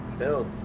build.